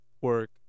work